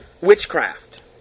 Witchcraft